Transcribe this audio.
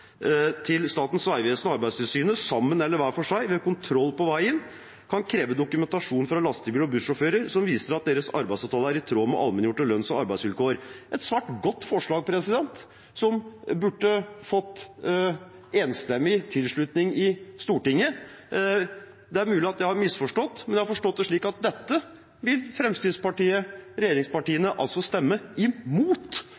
til at Statens vegvesen og Arbeidstilsynet sammen eller hver for seg ved kontroll på veien kan kreve dokumentasjon fra lastebil- og bussjåfører som viser at deres arbeidsavtale er i tråd med allmenngjorte lønns- og arbeidsvilkår.» Det er et svært godt forslag, som burde fått enstemmig tilslutning i Stortinget. Det er mulig at jeg har misforstått, men jeg har forstått det slik at dette vil Fremskrittspartiet